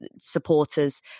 supporters